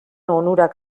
onurak